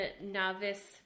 novice